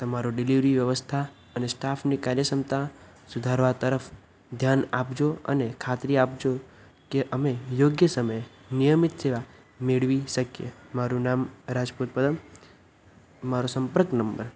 તમારો ડિલિવરી વ્યવસ્થા અને સ્ટાફની કાર્યક્ષમતા સુધારવા તરફ ધ્યાન આપજો અને ખાત્રી આપજો કે અમે યોગ્ય સમયે નિયમિત સેવા મેળવી શકીએ મારું નામ રાજપૂત પરમ મારો સંપર્ક નંબર